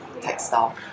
textile